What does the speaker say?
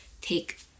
take